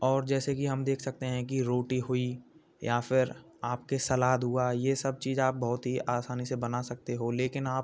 और जैसे कि हम देख सकते हैं कि रोटी हुई या फ़िर आपके सलाद हुआ यह सब चीज़ आप बहुत ही आसानी से बना सकते हो लेकिन आप